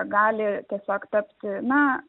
gali tiesiog tapti na